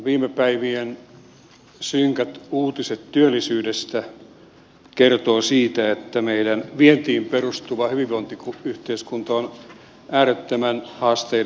viime päivien synkät uutiset työllisyydestä kertovat siitä että meidän vientiin perustuva hyvinvointiyhteiskuntamme on äärettömien haasteiden edessä